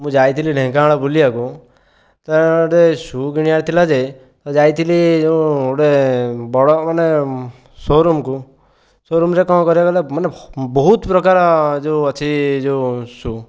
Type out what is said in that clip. ମୁଁ ଯାଇଥିଲି ଢେଙ୍କାନାଳ ବୁଲିବାକୁ ତା'ର ଗୋଟିଏ ସୁ କିଣିବାର ଥିଲା ଯେ ମୁଁ ଯାଇଥିଲି ଯେଉଁ ଗୋଟିଏ ବଡ଼ ମାନେ ସୋ ରୁମ୍କୁ ସୋ ରୁମ୍ରେ କ'ଣ କରିବ କହିଲ ମାନେ ବହୁତ ପ୍ରକାର ଯେଉଁ ଅଛି ଯେଉଁ ସୁ